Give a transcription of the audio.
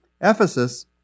Ephesus